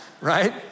right